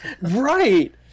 Right